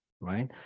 right